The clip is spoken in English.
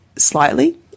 Slightly